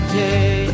day